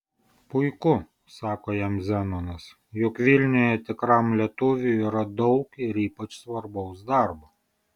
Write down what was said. puiku sako jam zenonas juk vilniuje tikram lietuviui yra daug ir ypač svarbaus darbo